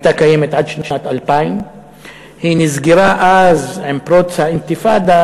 היא הייתה קיימת עד שנת 2000. היא נסגרה עם פרוץ האינתיפאדה,